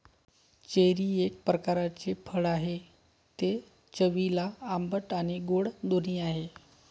cherry एक प्रकारचे फळ आहे, ते चवीला आंबट आणि गोड दोन्ही आहे